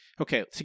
Okay